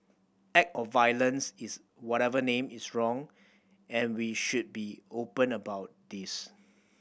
act of violence is whatever name is wrong and we should be open about this